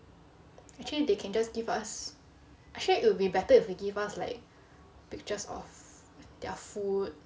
actually they can just give us actually it'll be better if they can give us like pictures of their food